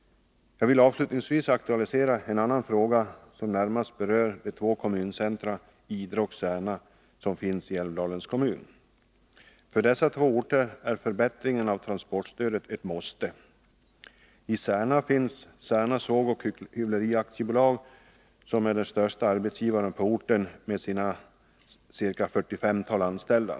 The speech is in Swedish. Jag vill avslutningsvis aktualisera en annan fråga, som närmast berör de två kommundelscentra Idre och Särna i Älvdalens kommun. För dessa två orter är förbättringen av transportstödet ett måste. I Särna finns Särna Såg & Hyvleri AB, som är den största arbetsgivaren på orten med sina ca 45-tal anställda.